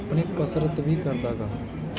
ਆਪਣੀ ਕਸਰਤ ਵੀ ਕਰਦਾ ਹੈਗਾ